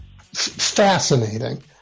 fascinating